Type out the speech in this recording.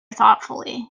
thoughtfully